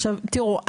עכשיו תראו,